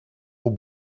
aux